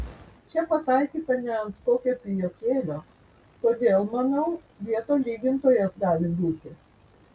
čia pataikyta ne ant kokio pijokėlio todėl manau svieto lygintojas gali būti